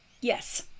Yes